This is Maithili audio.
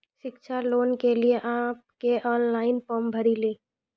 शिक्षा लोन के लिए आप के ऑनलाइन फॉर्म भरी ले?